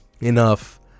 enough